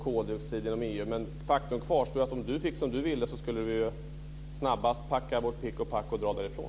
Men faktum kvarstår ju, att om Birger Schlaug fick som han ville skulle vi ju snabbt packa vårt pick och pack och dra därifrån.